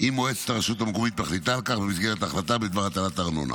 אם מועצת הרשות המקומית מחליטה על כך במסגרת ההחלטה בדבר הטלת הארנונה.